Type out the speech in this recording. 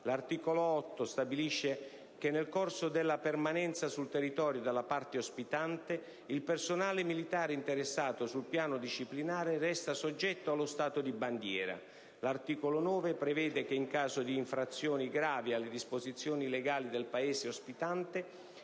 L'articolo 8 stabilisce che, nel corso della permanenza sul territorio della parte ospitante, il personale militare interessato sul piano disciplinare resta soggetto allo Stato di bandiera. L'articolo 9 prevede che, in caso di infrazioni gravi alle disposizioni legali del Paese ospitante,